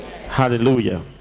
Hallelujah